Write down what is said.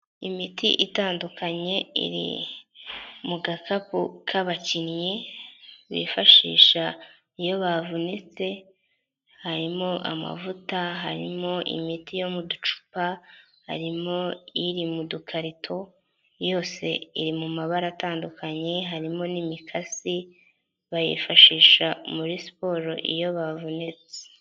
Imiti itandukanye iri mu gakapu k'abakinnyi bifashisha iyo bavunitse, harimo amavuta, harimo imiti yo mu ducupa, harimo iri mu dukarito, yose iri mu mabara atandukanye harimo n'imikasi bayifashisha muri siporo iyo bavunitse.